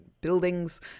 buildings